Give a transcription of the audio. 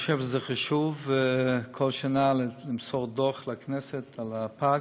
אני חושב שזה חשוב בכל שנה למסור דוח לכנסת על הפגים.